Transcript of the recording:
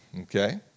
okay